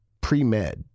pre-med